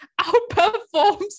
outperforms